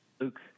Luke